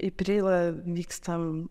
į preilą vykstam